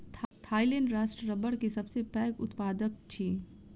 Thailand राष्ट्र रबड़ के सबसे पैघ उत्पादक अछि